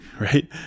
right